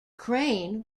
crane